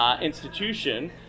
institution